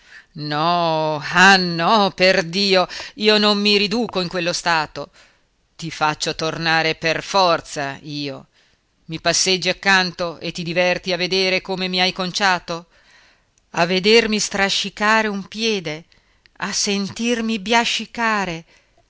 no ah no perdio io non mi riduco in quello stato ti faccio tornare per forza io i passeggi accanto e ti diverti a vedere come mi hai conciato a vedermi strascicare un piede a sentirmi